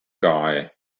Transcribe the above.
guy